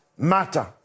Matter